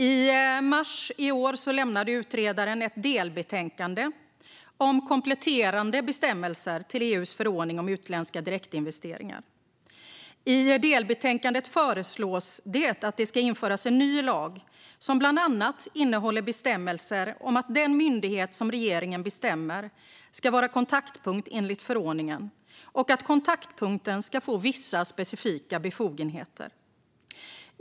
I mars i år lämnade utredaren ett delbetänkande om kompletterande bestämmelser till EU:s förordning om utländska direktinvesteringar. I delbetänkandet föreslås det att det ska införas en ny lag som bland annat innehåller bestämmelser om att den myndighet som regeringen bestämmer ska vara kontaktpunkt enligt förordningen och att kontaktpunkten ska få vissa specifika befogenheter.